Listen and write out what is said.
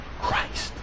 Christ